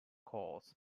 courts